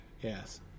Yes